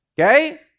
Okay